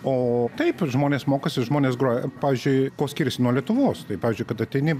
o taip žmonės mokosi žmonės groja pavyzdžiui kuo skiriasi nuo lietuvos tai pavyzdžiui kad ateini